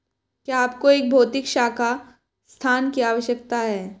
क्या आपको एक भौतिक शाखा स्थान की आवश्यकता है?